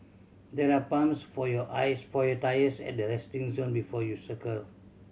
there are pumps for your eyes for your tyres at the resting zone before you cycle